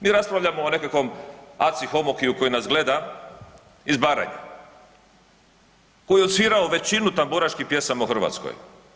Mi raspravljamo o nekakvom Aci Homokiju koji nas gleda iz Baranje koji je odsvirao većinu tamburaških pjesama u Hrvatskoj.